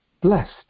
Blessed